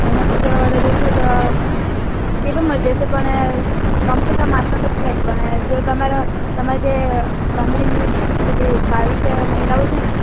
એનાથી જો વધારે જોઈતું હોય તો તે પણ મળી જશે પણ કમસે કમ આટલા તો છે જ પણ જો તમારે તમારી જે કંપનીની પેલી બાવીસ મહિલાઓ છે ને